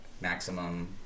maximum